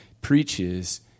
preaches